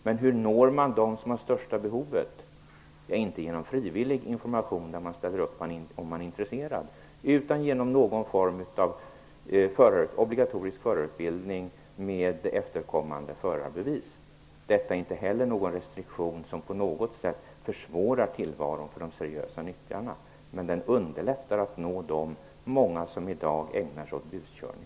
Men hur når man dem som har största behovet? Inte genom frivillig information, där man ställer upp om man är intresserad, utan genom någon form av obligatorisk förarutbildning med efterkommande förarbevis. Den restriktionen försvårar på intet sätt tillvaron för de seriösa nyttjarna, men den underlättar att nå de många som i dag ägnar sig åt buskörning.